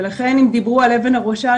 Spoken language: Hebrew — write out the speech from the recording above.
לכן אם דברו על אבן הראשה,